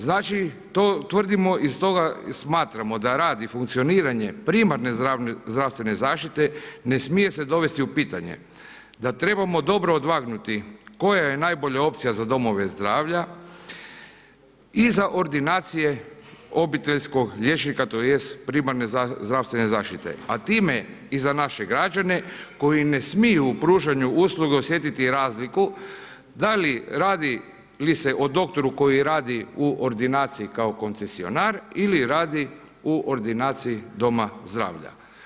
Znači to tvrdimo i stoga smatramo da rad i funkcioniranje primarne zdravstvene zaštite ne smije se dovesti u pitanje da trebamo dobro odvagnuti koja je najbolja opcija za domove zdravlja i za ordinacije obiteljskog liječnika, tj. primarne zdravstvene zaštite, a time i za naše g rađane koji ne smiju u pružanju usluga osjetiti razliku da li radi se o doktoru koji radi u ordinaciji kao koncesionar ili radi u ordinaciji doma zdravlja.